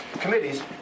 committees